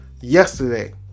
yesterday